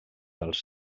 dels